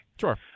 Sure